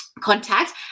contact